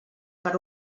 per